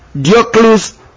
Diocles